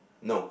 no